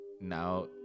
now